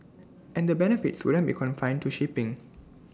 and the benefits wouldn't be confined to shipping